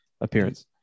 appearance